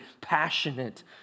passionate